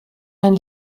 herrn